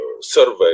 survey